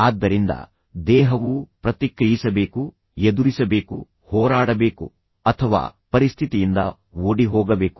ಆದ್ದರಿಂದ ದೇಹವು ಪ್ರತಿಕ್ರಿಯಿಸಬೇಕು ಎದುರಿಸಬೇಕು ಹೋರಾಡಬೇಕು ಅಥವಾ ಪರಿಸ್ಥಿತಿಯಿಂದ ಓಡಿಹೋಗಬೇಕು